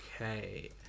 Okay